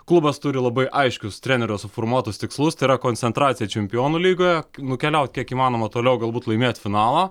klubas turi labai aiškius trenerio suformuotus tikslus tai yra koncentracija čempionų lygoje nukeliauti kiek įmanoma toliau galbūt laimėti finalą